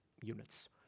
units